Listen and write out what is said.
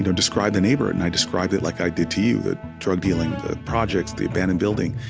describe the neighborhood. and i described it like i did to you the drug dealing, the projects, the abandoned building.